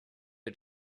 who